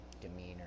demeanor